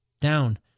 Down